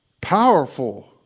Powerful